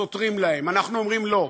סוטרים להם, אנחנו אומרים: לא.